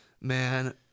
Man